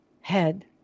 head